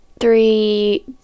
three